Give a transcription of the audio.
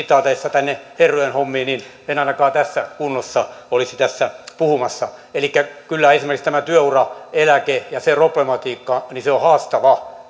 tänne herrojen hommiin niin en ainakaan tässä kunnossa olisi tässä puhumassa elikkä kyllä esimerkiksi tämä työuraeläke ja sen problematiikka on on haastava